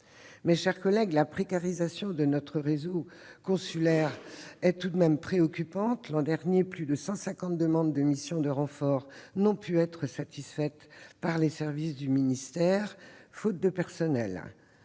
Mes chers collègues, la précarisation de notre réseau consulaire est préoccupante. L'an dernier, plus de 150 demandes de missions de renfort n'ont pu être satisfaites par les services du ministère, faute de personnel.